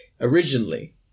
originally